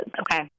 Okay